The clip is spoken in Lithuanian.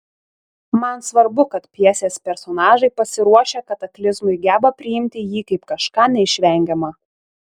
man svarbu kad pjesės personažai pasiruošę kataklizmui geba priimti jį kaip kažką neišvengiama